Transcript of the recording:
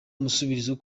umusubizo